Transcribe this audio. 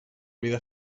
vida